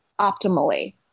optimally